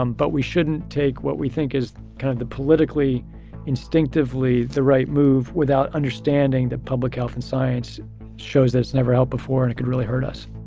um but we shouldn't shouldn't take what we think is kind of the politically instinctively the right move without understanding the public health and science shows that's never held before and could really hurt us